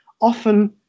often